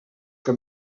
que